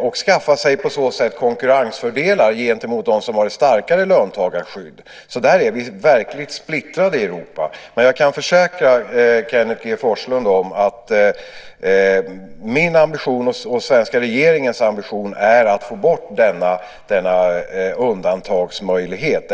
och på så sätt skaffa sig konkurrensfördelar gentemot dem som har ett starkare löntagarskydd. Där är vi alltså verkligt splittrade i Europa, men jag kan försäkra Kenneth G Forslund att min och den svenska regeringens ambition är att få bort denna undantagsmöjlighet.